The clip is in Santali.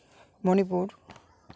ᱢᱚᱱᱤᱯᱩᱨ